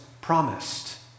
promised